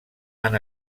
han